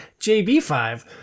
JB5